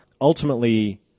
ultimately